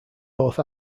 both